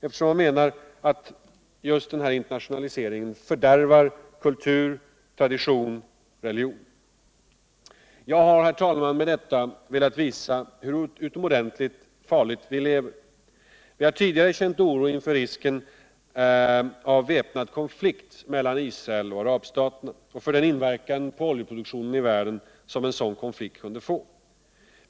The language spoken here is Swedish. eftersom man menar att just internationaliseringen riskerar att fördärva kultur, tradition och religion. Jag har. herr talman, med detta velat visa hur utomordentligt farligt vi lever. Vi har tidigare känt oro inför risken av en väpnad konflikt mellan Isracl och arabstaterna och för den inverkan på oljeproduktionen som en sådan konflikt kunde få.